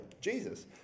Jesus